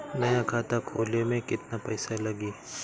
नया खाता खोले मे केतना पईसा लागि?